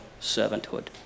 servanthood